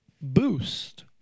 boost